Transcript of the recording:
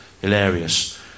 hilarious